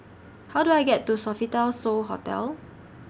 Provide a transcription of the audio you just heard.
How Do I get to Sofitel So Hotel